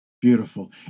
beautiful